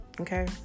Okay